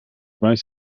weiß